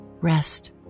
rest